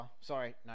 Sorry